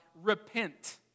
repent